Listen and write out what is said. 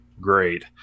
Great